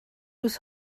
was